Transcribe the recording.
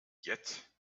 yet